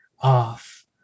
off